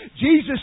Jesus